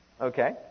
Okay